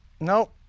No